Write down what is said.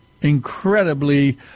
incredibly